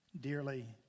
Dearly